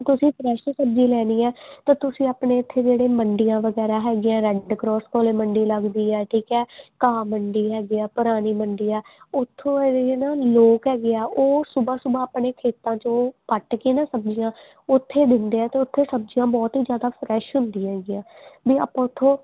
ਅਤੇ ਅਸੀਂ ਫਰੈਸ਼ ਸਬਜ਼ੀ ਲੈਣੀ ਹੈ ਤਾਂ ਤੁਸੀਂ ਆਪਣੇ ਇੱਥੇ ਜਿਹੜੇ ਮੰਡੀਆਂ ਵਗੈਰਾ ਹੈਗੇ ਆ ਰੈਡ ਕਰੋਸ ਕੋਲ ਮੰਡੀ ਲੱਗਦੀ ਆ ਠੀਕ ਹੈ ਘਾਹ ਮੰਡੀ ਹੈਗੀ ਆ ਪੁਰਾਣੀ ਮੰਡੀ ਆ ਉਥੋਂ ਲੋਕ ਹੈਗੇ ਆ ਉਹ ਸੁਬਹਾ ਸੁਬਹਾ ਆਪਣੇ ਖੇਤਾਂ 'ਚੋਂ ਪੱਟ ਕੇ ਨਾ ਸਬਜ਼ੀਆਂ ਉੱਥੇ ਦਿੰਦੇ ਆ ਅਤੇ ਉੱਥੇ ਸਬਜ਼ੀਆਂ ਬਹੁਤ ਹੀ ਜ਼ਿਆਦਾ ਫਰੈਸ਼ ਹੁੰਦੀਆਂ ਹੈਗੀਆਂ ਵੀ ਆਪਾਂ ਉਥੋਂ